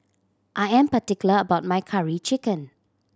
I am particular about my Curry Chicken